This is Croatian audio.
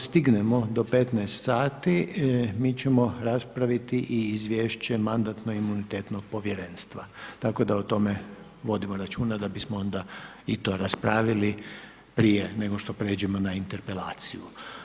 Ako stignemo do 15 sati mi ćemo raspraviti i Izvješće mandatno imunitetnog povjerenstva tako da o tome vodimo računa da bismo onda i to raspravili prije nego što pređemo na interpelaciju.